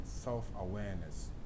self-awareness